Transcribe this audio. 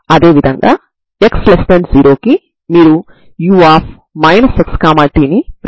ఈ విధంగా మీరు దీని యొక్క పరిష్కారాన్ని పొందుతారు